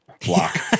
block